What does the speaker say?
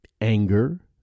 anger